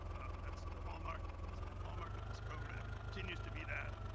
and that's the hallmark. that's been the hallmark of this program. it continues to be that.